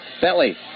Bentley